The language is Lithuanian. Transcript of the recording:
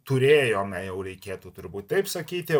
turėjome jau reikėtų turbūt taip sakyti